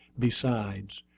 besides,